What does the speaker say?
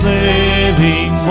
living